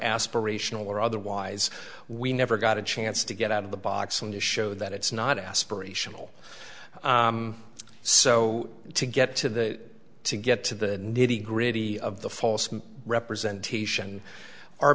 aspirational or otherwise we never got a chance to get out of the box and to show that it's not aspirational so to get to the to get to the nitty gritty of the false representation our